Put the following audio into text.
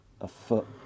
afoot